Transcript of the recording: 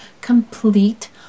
complete